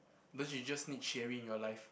don't you just need Cherry in your life